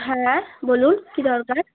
হ্যাঁ বলুন কী দরকার